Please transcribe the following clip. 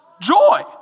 joy